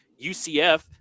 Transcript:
UCF